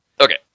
Okay